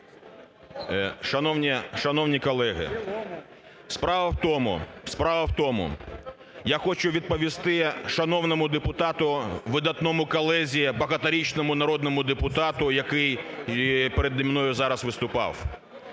в тому, справа в тому, я хочу відповісти шановному депутату, видатному колезі, багаторічному народному депутату, який переді мною зараз виступав,